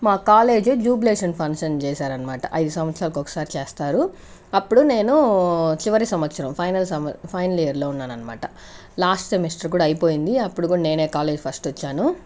మా college jubilation function చేశారనమాట ఐదు సంవత్సరాల ఒకసారి చేస్తారు అప్పుడు నేను చివరి సంవత్సరము ఫైనల్ సం ఫైనల్ ఇయర్లో ఉన్నాననమాట లాస్ట్ సెమిస్టర్ కూడా అయిపోయింది అప్పుడు కూడా నేనే కాలేజ్ ఫస్ట్ వచ్చాను